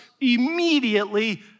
immediately